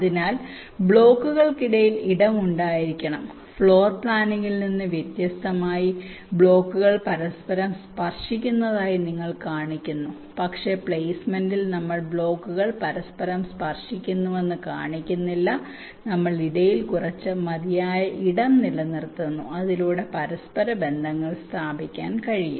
അതിനാൽ ബ്ലോക്കുകൾക്കിടയിൽ ഇടം ഉണ്ടായിരിക്കണം ഫ്ലോർ പ്ലാനിംഗിൽ നിന്ന് വ്യത്യസ്തമായി ബ്ലോക്കുകൾ പരസ്പരം സ്പർശിക്കുന്നതായി നിങ്ങൾ കാണിക്കുന്നു പക്ഷേ പ്ലെയ്സ്മെന്റിൽ നമ്മൾ ബ്ലോക്കുകൾ പരസ്പരം സ്പർശിക്കുന്നുവെന്ന് കാണിക്കുന്നില്ല നമ്മൾ ഇടയിൽ കുറച്ച് മതിയായ ഇടം നിലനിർത്തുന്നു അതിലൂടെ പരസ്പരബന്ധങ്ങൾ സ്ഥാപിക്കാൻ കഴിയും